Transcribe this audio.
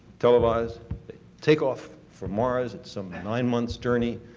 televised. they takeoff for mars. it's some nine-months journey.